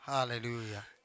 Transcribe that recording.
Hallelujah